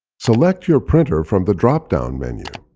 select your printer from the drop-down menu.